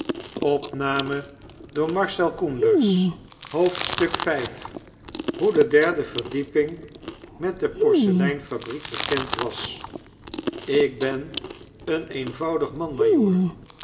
hoe de derde vekdieping met de porseleinfabkiek bekend was ik ben een eenvoudig man